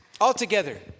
Altogether